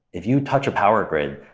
if you touch a power grid,